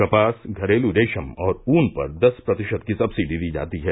कपास घरेलू रेशम और ऊन पर दस प्रतिशत की सक्सिडी दी जाती है